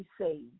saved